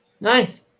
Nice